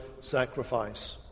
sacrifice